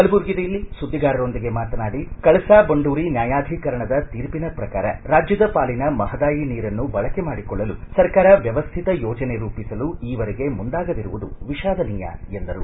ಕಲಬುರ್ಗಿಯಲ್ಲಿ ಸುದ್ದಿಗಾರರೊಂದಿಗೆ ಮಾತನಾಡಿ ಕಳಸಾ ಬಂಡೂರಿ ನ್ಯಾಯಾಧಿಕರಣದ ತೀರ್ಪಿನ ಪ್ರಕಾರ ರಾಜ್ಯದ ಪಾಲಿನ ಮಹದಾಯಿ ನೀರನ್ನು ಬಳಕೆ ಮಾಡಿಕೊಳ್ಳಲು ಸರ್ಕಾರ ವ್ಯವಸ್ಥಿತ ಯೋಜನೆ ರೂಪಿಸಲು ಈ ವರೆಗೆ ಮುಂದಾಗದಿರುವುದು ವಿಷಾದನೀಯ ಎಂದರು